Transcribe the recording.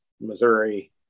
Missouri